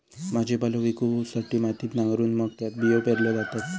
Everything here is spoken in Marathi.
भाजीपालो पिकवूसाठी मातीत नांगरून मग त्यात बियो पेरल्यो जातत